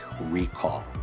recall